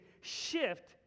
shift